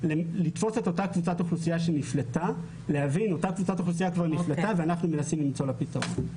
לתפוס את אותה קבוצת אוכלוסייה שנפלטה ולמצוא לה פתרון.